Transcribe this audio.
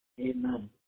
Amen